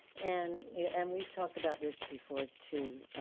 and yeah and we've talked about this before too,